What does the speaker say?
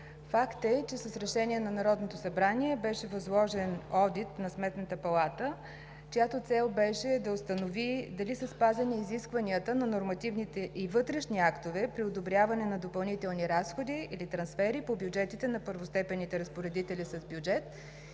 факт е, че с Решение на Народното събрание беше възложен одит на Сметната палата, чиято цел беше да установи дали са спазени изискванията на нормативните и вътрешните актове при одобряване на допълнителни разходи или трансфери по бюджетите на първостепенните разпоредители с бюджет.